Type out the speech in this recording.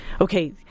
okay